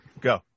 Go